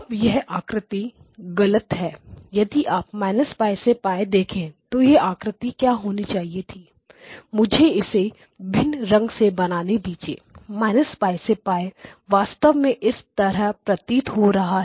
अब यह आकृति गलत है यदि आप −π से π देखें तो यह आकृति क्या होनी चाहिए थी मुझे इससे भिन्न रंग से बनाने दीजिए −π से π वास्तव में इस तरह प्रतीत हो रहा है